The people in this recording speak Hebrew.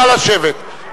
נא לשבת.